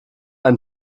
ein